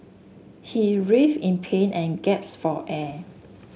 he writhed in pain and gasped for air